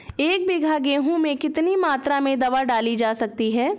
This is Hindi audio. एक बीघा गेहूँ में कितनी मात्रा में दवा डाली जा सकती है?